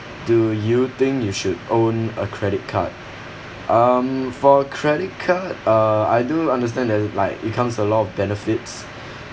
do you think you should own a credit card um for credit card uh I do understand that like it comes with a lot of benefits